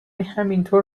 همینطور